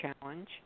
challenge